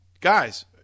Guys